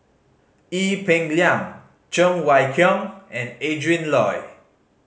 Ee Peng Liang Cheng Wai Keung and Adrin Loi